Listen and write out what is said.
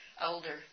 older